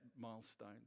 milestone